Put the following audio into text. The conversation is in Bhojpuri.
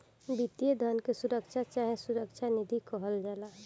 वित्तीय धन के सुरक्षा चाहे सुरक्षा निधि कहल जाला